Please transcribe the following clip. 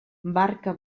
barca